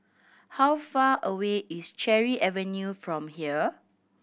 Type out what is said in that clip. how far away is Cherry Avenue from here